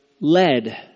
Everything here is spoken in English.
led